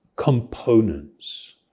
components